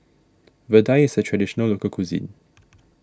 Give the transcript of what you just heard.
Vadai is a Traditional Local Cuisine